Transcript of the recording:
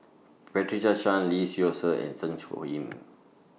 Patricia Chan Lee Seow Ser and Zeng Shouyin